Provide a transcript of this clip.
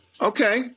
Okay